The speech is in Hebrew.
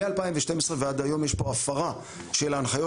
מ-2012 ועד היום יש פה הפרה של ההנחיות